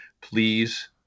please